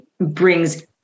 brings